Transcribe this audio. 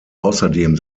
außerdem